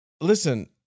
listen